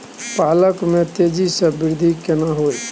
पालक में तेजी स वृद्धि केना होयत?